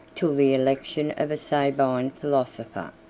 till the election of a sabine philosopher,